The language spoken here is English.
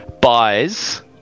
buys